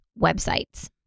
websites